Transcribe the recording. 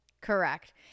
correct